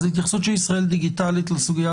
אז ההתייחסות של “ישראל דיגיטלית” לסוגיה